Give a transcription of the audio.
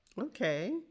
Okay